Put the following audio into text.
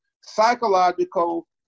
psychological